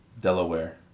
Delaware